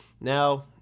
Now